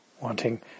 wanting